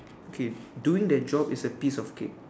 okay doing that job is a piece of cake